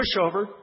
pushover